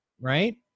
right